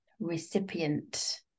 Recipient